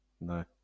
no